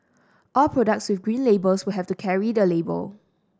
all products with Green Labels will have to carry the label